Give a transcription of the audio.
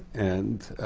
and